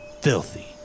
filthy